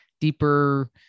deeper